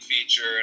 feature